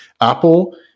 apple